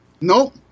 Nope